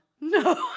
No